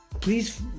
please